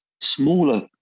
smaller